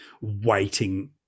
waiting